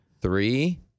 Three